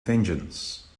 vengeance